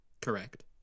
Correct